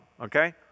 okay